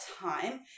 time